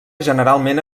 generalment